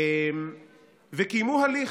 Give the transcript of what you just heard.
וקיימו הליך,